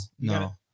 No